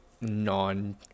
non